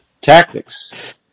tactics